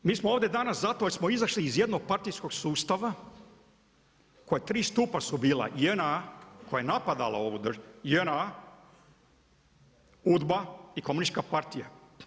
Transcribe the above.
Mi smo ovdje danas zato jer smo izašli iz jednog partijskog sustava, koja tri stupa su bila, JNA koja je napadala ovu, JNA, UDBA i komunistička partija.